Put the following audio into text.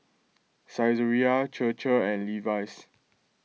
Saizeriya Chir Chir and Levi's